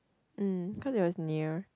mm cause it was near